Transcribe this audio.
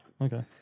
Okay